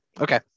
Okay